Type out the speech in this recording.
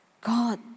God